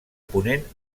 ponent